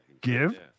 give